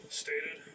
stated